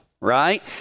right